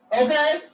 okay